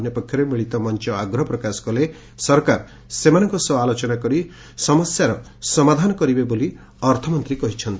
ଅନ୍ୟପକ୍ଷରେ ମିଳିତ ମଞ ଆଗ୍ରହ ପ୍ରକାଶ କଲେ ସରକାର ସେମାନଙ୍କ ସହ ଆଲୋଚନା କରି ସମସ୍ୟାର ସମାଧାନ କରିବେ ବୋଲି ଅର୍ଥମନ୍ତୀ କହିଚ୍ଚନ୍ତି